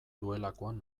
duelakoan